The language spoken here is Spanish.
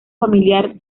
familiar